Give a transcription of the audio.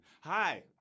Hi